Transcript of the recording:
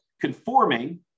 conforming